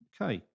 Okay